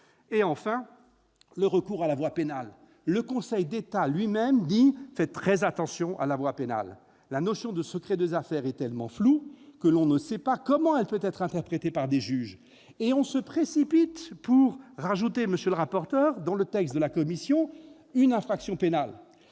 enfin le recours à la voie pénale. Le Conseil d'État lui-même dit : faites très attention à la voie pénale. La notion de secret des affaires est tellement floue que l'on ne sait pas comment elle peut être interprétée par des juges. Or on se précipite, monsieur le rapporteur, pour ajouter dans le texte de la commission une infraction pénale.